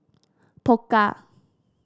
Pokka